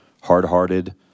hard-hearted